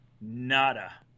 Nada